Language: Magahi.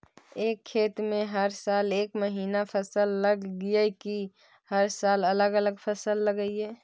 एक खेत में हर साल एक महिना फसल लगगियै कि हर साल अलग अलग फसल लगियै?